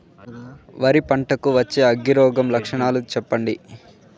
వరి పంట కు వచ్చే అగ్గి రోగం లక్షణాలు చెప్పండి?